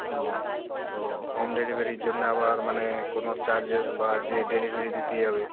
ও তো হোম ডেলিভারির জন্য আবার মানে কোনো চার্জেস বা যে ডেলিভারি দিতে যাবে